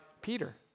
Peter